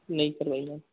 नहीं करवाई है